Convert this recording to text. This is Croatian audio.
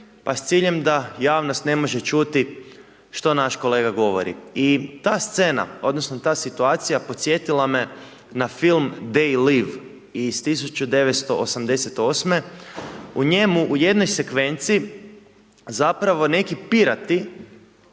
Pa s ciljem da javnost ne može čuti što naš kolega govori i ta scena, odnosno ta situacija podsjetila me na film They live iz 1988. U njemu u jednoj sekvenci zapravo neki pirati,